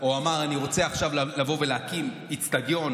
או אמר: אני רוצה עכשיו לבוא ולהקים אצטדיון,